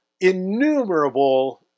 innumerable